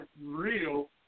real